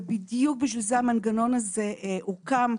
ובדיוק בשביל זה המנגנון הזה הוקם.